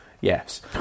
Yes